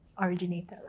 originated